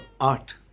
art